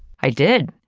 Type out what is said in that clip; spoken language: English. i did.